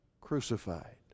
crucified